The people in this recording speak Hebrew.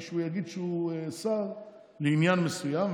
שהוא יגיד שהוא שר לעניין מסוים,